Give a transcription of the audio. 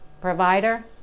provider